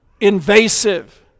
invasive